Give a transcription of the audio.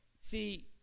See